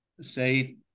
say